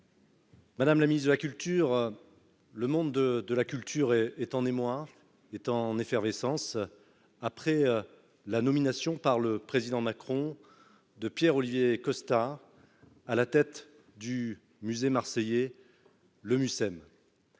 Madame la ministre de la culture, le monde de de la culture et est en émoi est en effervescence après la nomination par le président Macron de Pierre-Olivier Costa à la tête du musée marseillais le Mucem